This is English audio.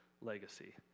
legacy